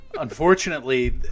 Unfortunately